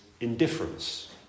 indifference